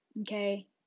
okay